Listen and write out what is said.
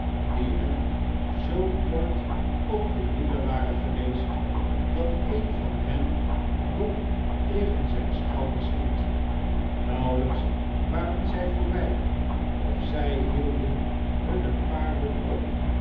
die hen zoo kort op de hielen waren geweest dat een van hen nog tegen zijn schouder stiet nauwelijks waren zij voorbij of zij hielden hunne paarden op